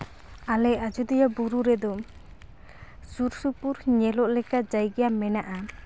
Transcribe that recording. ᱟᱞᱮ ᱟᱡᱳᱫᱤᱭᱟᱹ ᱵᱩᱨᱩ ᱨᱮᱫᱚ ᱥᱩᱨ ᱥᱩᱯᱩᱨ ᱧᱮᱞᱚᱜ ᱞᱮᱠᱟ ᱡᱟᱭᱜᱟ ᱢᱮᱱᱟᱜᱼᱟ